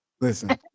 Listen